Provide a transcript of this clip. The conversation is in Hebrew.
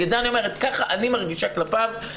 לכן אני אומרת שכך אני מרגישה כלפיו.